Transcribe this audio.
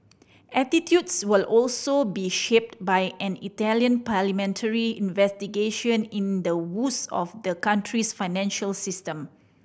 attitudes will also be shaped by an Italian parliamentary investigation into the woes of the country's financial system